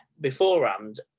beforehand